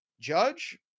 judge